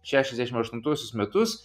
šešiasdešimt aštuntuosius metus